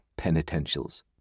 penitentials